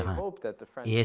hoped the french